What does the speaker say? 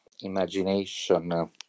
imagination